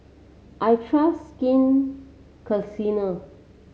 I trust Skin